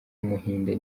w’umuhinde